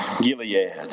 Gilead